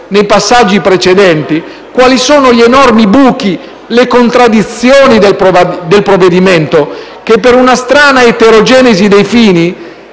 nei passaggi precedenti - quali sono gli enormi buchi e le contraddizioni del provvedimento, che, per una strana eterogenesi dei fini,